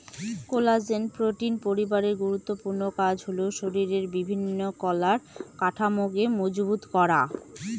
collagen protein পরিবারের গুরুত্বপূর্ণ কাজ হল শরীরের বিভিন্ন কলার কাঠামোকে মজবুত করা